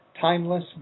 timeless